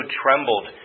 trembled